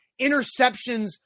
interceptions